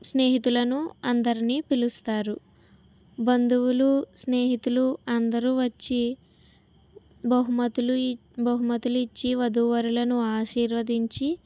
స్నేహితులను అందరినీ పిలుస్తారు బంధువులు స్నేహితులు అందరూ వచ్చి బహుమతులు బహుమతులు ఇచ్చి వధూవరులను ఆశీర్వదించి